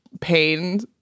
pain